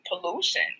pollution